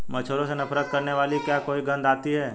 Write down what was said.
मच्छरों से नफरत करने वाली क्या कोई गंध आती है?